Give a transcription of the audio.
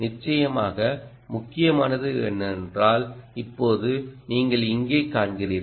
நிச்சயமாக முக்கியமானது என்னவென்றால் இப்போது நீங்கள் இங்கே காண்கிறீர்கள்